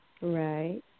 Right